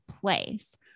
place